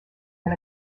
and